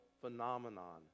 phenomenon